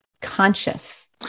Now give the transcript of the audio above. conscious